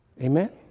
Amen